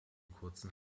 kurzen